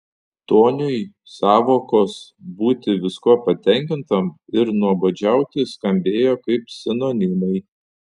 toniui sąvokos būti viskuo patenkintam ir nuobodžiauti skambėjo kaip sinonimai